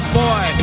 boy